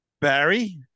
Barry